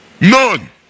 None